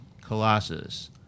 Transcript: Colossus